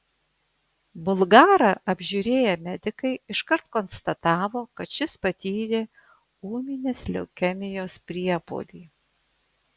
bulgarą apžiūrėję medikai iškart konstatavo kad šis patyrė ūminės leukemijos priepuolį